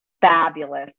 fabulous